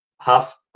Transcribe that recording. half